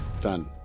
Done